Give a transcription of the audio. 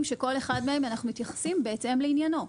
שכל אחד מהם אנחנו מתייחסים בהתאם לעניינו.